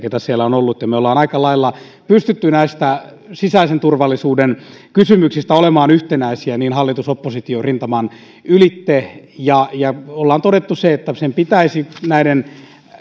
keitä siellä on ollut ja me me olemme aika lailla pystyneet näistä sisäisen turvallisuuden kysymyksistä olemaan yhtenäisiä hallitus oppositio rintaman ylitse ollaan todettu se että näiden